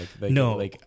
No